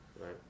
Right